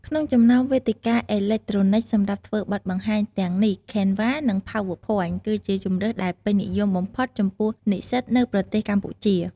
ក្នុងចំណោមវេទិកាអេឡិចត្រូនិកសម្រាប់ធ្វើបទបង្ហាញទាំងនេះ Canva និង Power Point គឺជាជម្រើសដែលពេញនិយមបំផុតចំពោះនិស្សិតនៅប្រទេសកម្ពុជា។